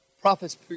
Prophets